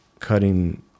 cutting